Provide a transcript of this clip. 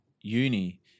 uni